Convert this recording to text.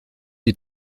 die